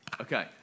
Okay